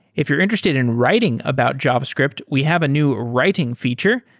if you're interested in writing about javascript, we have a new writing feature.